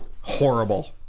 Horrible